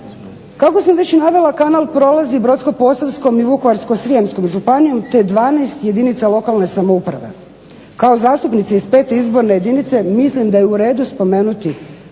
Kako sam već navela kanal prolazi Brodsko-posavskom i Vukovarsko-srijemskom županijom te 12 jedinica lokalne samouprave. Kao zastupnici iz 5. Izborne jedinice mislim da je u redu spomenuti